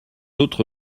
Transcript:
autre